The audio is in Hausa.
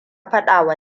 fadawa